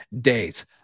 days